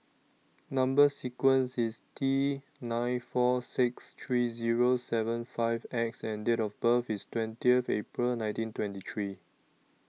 Number sequence IS T nine four six three Zero seven five X and Date of birth IS twentieth April nineteen twenty three